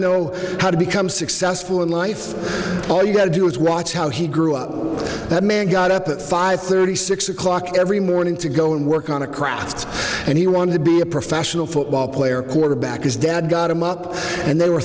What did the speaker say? know how to become successful in life all you have to do is watch how he grew up that man got up at five thirty six o'clock every morning to go and work on a craft and he wanted to be a professional football player quarterback his dad got him up and they were